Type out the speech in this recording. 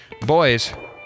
Boys